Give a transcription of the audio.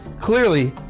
Clearly